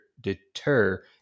deter